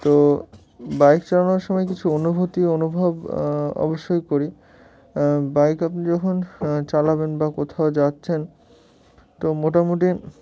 তো বাইক চালানোর সময় কিছু অনুভূতি অনুভব অবশ্যই করি বাইক আপনি যখন চালাবেন বা কোথাও যাচ্ছেন তো মোটামুটি